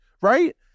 right